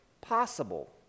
possible